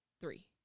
three